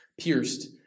pierced